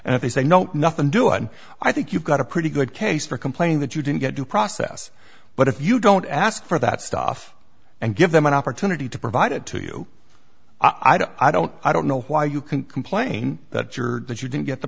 and if they say no nothing do and i think you've got a pretty good case for complaining that you didn't get due process but if you don't ask for that stuff and give them an opportunity to provide it to you i don't i don't i don't know why you can complain that your that you didn't get the